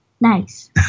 Nice